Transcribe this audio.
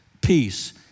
peace